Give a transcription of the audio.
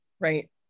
right